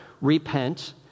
Repent